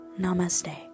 Namaste